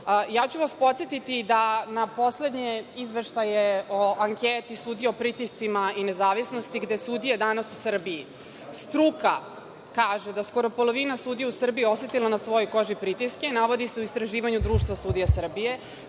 videli. Podsetiću vas da na poslednje izveštaje o anketi sudija o pritiscima i nezavisnosti, gde sudije, danas u Srbiji, struka kaže da skoro polovina sudija u Srbiji je osetila na svojoj koži pritiske, navodi se u istraživanju Društva sudija Srbije.